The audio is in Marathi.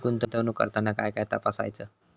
गुंतवणूक करताना काय काय तपासायच?